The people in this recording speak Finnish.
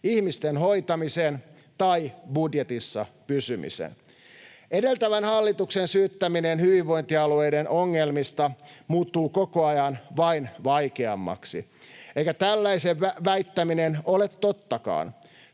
ihmisten hoitamisen tai budjetissa pysymisen. Edeltävän hallituksen syyttäminen hyvinvointialueiden ongelmista muuttuu koko ajan vain vaikeammaksi, eikä tällaisen väittäminen ole tottakaan.